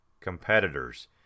competitors